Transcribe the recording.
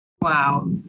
Wow